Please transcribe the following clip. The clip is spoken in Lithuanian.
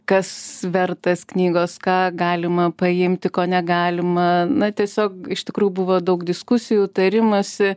kas vertas knygos ką galima paimti ko negalima na tiesiog iš tikrųjų buvo daug diskusijų tarimosi